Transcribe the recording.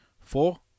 Four